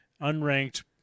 unranked